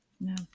no